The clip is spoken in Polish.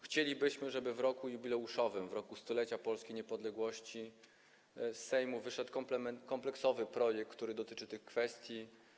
Chcielibyśmy, żeby w roku jubileuszowym, w roku 100-lecia polskiej niepodległości z Sejmu wyszedł kompleksowy projekt, który dotyczy tych kwestii.